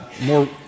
more